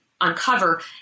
uncover